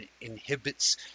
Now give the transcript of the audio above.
inhibits